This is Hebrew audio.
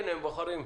במקומה.